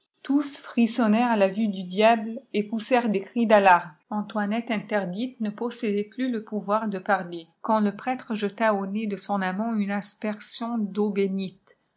tous frisspnnè rent à la vue du diable et poussèrent des crs d'alarme antoinette interdite ne possédait plus le pouvoir de parler quand le prêtre jeta au nez de son amant une aspersion d'eau bénitci